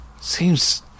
Seems